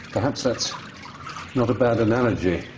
perhaps that's not a bad analogy.